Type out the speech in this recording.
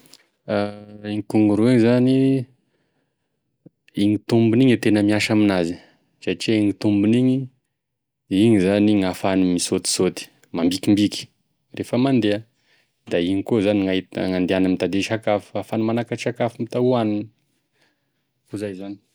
Igny kangoroa igny zany igny tombony igny e tena miasa aminazy satria igny tombony igny, igny zany gn'ahafahany, misotisoty, mambikimbiky de fa mandeha, da igny koa zany ny ahitan- ny gn'andihany mitadia sakafo gn'ahafany manakatry sakafo mita hoaniny, zay zany.